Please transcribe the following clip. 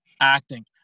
acting